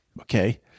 okay